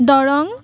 Darrang